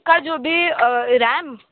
इसका जो भी रैम